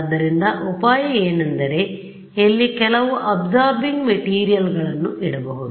ಆದ್ದರಿಂದ ಉಪಾಯ ಏನೆಂದರೆ ಇಲ್ಲಿ ಕೆಲವು ಅಬ್ಸೋರ್ಬಿಂಗ್ ಮೆಟೀರಿಯಲ್ಗಳನ್ನುಇಡಬಹುದು